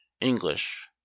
English